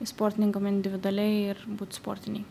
sportininkam individualiai ir būt sportiniai